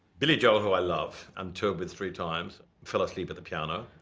billy joel, who i love, and toured with three times, fell asleep at the piano.